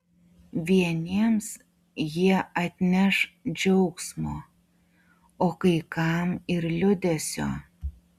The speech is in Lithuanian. vieniems jie atneš džiaugsmo o kai kam ir liūdesio